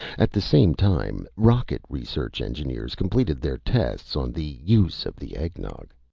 at the same time, rocket research engineers completed their tests on the use of the eggnog.